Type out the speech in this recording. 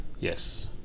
Yes